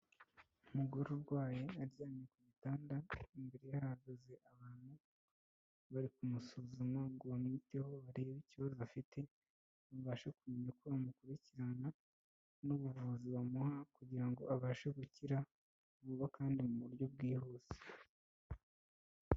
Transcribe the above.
Umugore urwaye aryamye ku gitanda, imbere ye hagaze abantu bari kumusuzuma ngo bamwiteho barebe ikibazo afite, babashe kumenya uko bamukurikirana n'ubuvuzi bamuha kugira ngo abashe gukira vuba kandi mu buryo bwihuse.